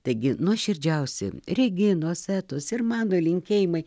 taigi nuoširdžiausi reginos etos ir mano linkėjimai